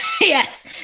Yes